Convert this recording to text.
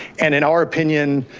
and in our opinion,